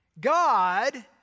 God